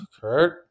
Kurt